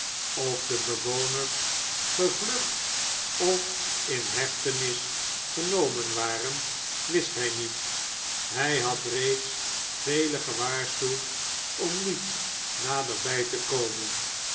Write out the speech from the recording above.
of de bewoners gevlucht of in hechtenis genomen waren wist hy met hij had reeds velen gewaarschuwd om niet naderbij te komen